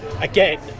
again